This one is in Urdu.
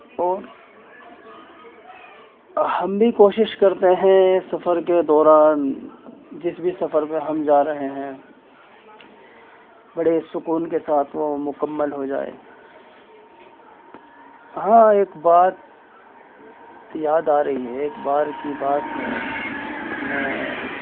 اور ہم بھی کوشش کرتے ہیں سفر کے دوران جس بھی سفر پہ ہم جا رہے ہیں بڑے سکون کے ساتھ وہ مکمل ہو جائے ہاں ایک بات تو یاد آ رہی ہے ایک بار کی بات ہے میں